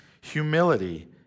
humility